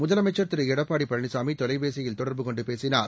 முதலமைச்ச் திரு எடப்பாடி பழனிசாமி தொலைபேசியில் தொடர்பு கொண்டு பேசினார்